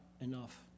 enough